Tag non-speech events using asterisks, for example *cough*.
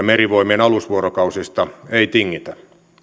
*unintelligible* merivoimien alusvuorokausista ei tingitä